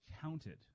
counted